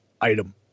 item